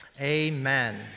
amen